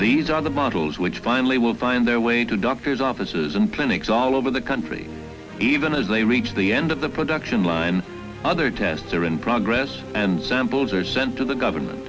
these are the bottles which finally will find their way to doctors offices and clinics all over the country even as they reach the end of the production line other tests are in progress and samples are sent to the government